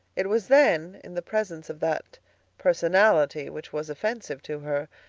it was then, in the presence of that personality which was offensive to her,